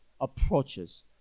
approaches